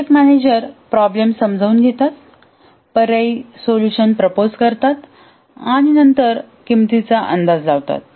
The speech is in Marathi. प्रोजेक्ट मॅनेजर प्रॉब्लेम समजून घेतात पर्यायी सोल्यूशन्स प्रपोज करतात आणि नंतर किमतीचा अंदाज लावतात